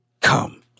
come